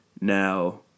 Now